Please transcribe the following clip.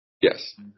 Yes